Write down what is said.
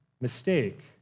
mistake